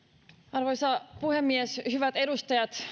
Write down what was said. arvoisa puhemies hyvät edustajat